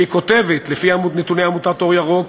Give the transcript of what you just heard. והיא כותבת: לפי נתוני עמותת "אור ירוק",